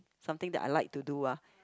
something that I like to do ah